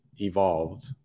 evolved